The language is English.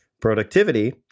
productivity